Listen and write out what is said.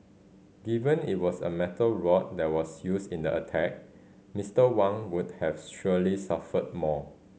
given it was a metal rod that was used in the attack Mister Wang would have surely suffered more